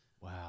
Wow